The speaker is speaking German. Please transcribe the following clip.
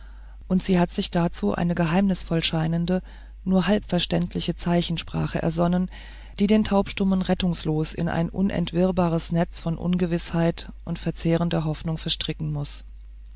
und sie hat sich dazu eine geheimnisvoll scheinende nur halbverständliche zeichensprache ersonnen die den taubstummen rettungslos in ein unentwirrbares netz von ungewißheit und verzehrenden hoffnungen verstricken muß